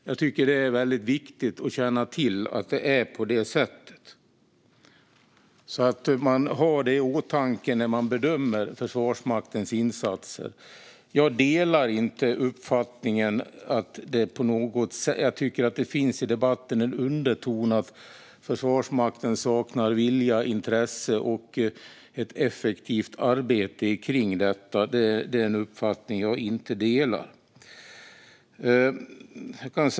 Jag tycker att det är väldigt viktigt att känna till att det är på det sättet, så att man har det i åtanke när man bedömer Försvarsmaktens insatser. Jag tycker att det i debatten finns en underton av att Försvarsmakten saknar vilja, intresse och ett effektivt arbete kring detta. Det är en uppfattning som jag inte delar.